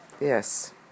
yes